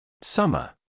Summer